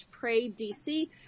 praydc